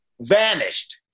vanished